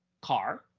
car